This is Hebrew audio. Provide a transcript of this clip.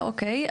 אוקיי,